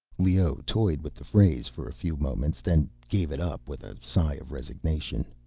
leoh toyed with the phrase for a few moments then gave it up with a sigh of resignation.